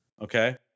Okay